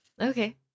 Okay